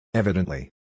evidently